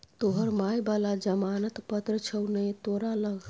तोहर माय बला जमानत पत्र छौ ने तोरा लग